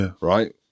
right